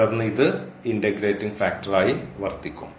തുടർന്ന് ഇത് integrating factor ആയി വർത്തിക്കും